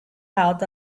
out